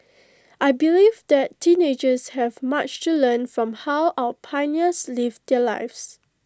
I believe that teenagers have much to learn from how our pioneers lived their lives